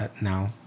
now